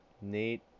Neat